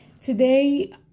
today